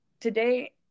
today